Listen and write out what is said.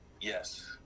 Yes